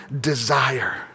desire